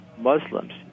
Muslims